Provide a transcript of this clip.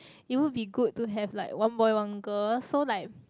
it will be good to have like one boy one girl so like